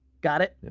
got it?